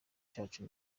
cyacu